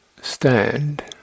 stand